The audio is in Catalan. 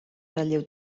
relleu